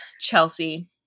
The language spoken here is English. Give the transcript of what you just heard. Chelsea